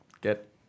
get